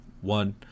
one